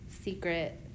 secret